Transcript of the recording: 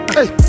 Hey